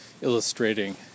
illustrating